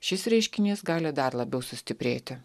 šis reiškinys gali dar labiau sustiprėti